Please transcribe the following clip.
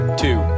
two